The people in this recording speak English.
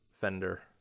fender